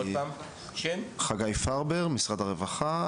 חגי פרבר, משרד הרווחה.